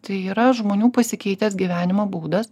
tai yra žmonių pasikeitęs gyvenimo būdas